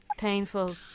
Painful